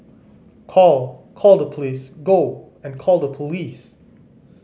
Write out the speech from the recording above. call call the police go and call the police